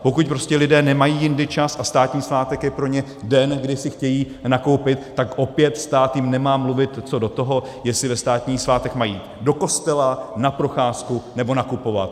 Pokud prostě lidé nemají jindy čas a státní svátek je pro ně den, kdy si chtějí nakoupit, tak opět stát jim nemá co mluvit do toho, jestli ve státní svátek mají jít do kostela, na procházku, nebo nakupovat.